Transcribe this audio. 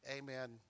amen